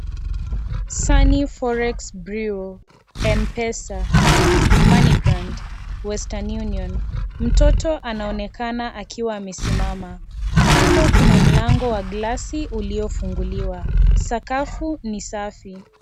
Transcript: Sunny forex burea , mpesa, money gram , western union . Mtoto anaonekana akiwa amesimama kando kuna mlango wa glasi uliofunguliwa. Sakafu ni safi.